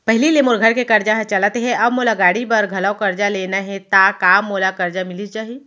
पहिली ले मोर घर के करजा ह चलत हे, अब मोला गाड़ी बर घलव करजा लेना हे ता का मोला करजा मिलिस जाही?